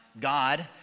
God